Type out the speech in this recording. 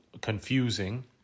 confusing